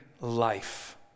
life